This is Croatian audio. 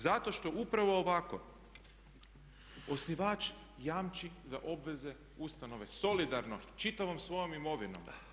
Zato što upravo ovako osnivač jamči za obveze ustanove solidarno čitavom svojom imovinom.